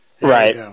Right